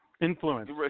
Influence